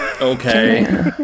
Okay